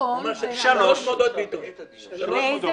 אבל אני עדיין לא הבנתי מה המודל של האלכוהול --- שלוש מודעות בעיתון.